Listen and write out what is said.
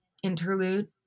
interlude